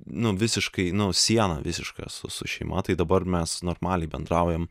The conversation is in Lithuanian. nu visiškai nu siena visiška su šeima tai dabar mes normaliai bendraujam